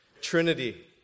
Trinity